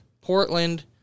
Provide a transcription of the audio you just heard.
Portland